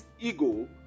ego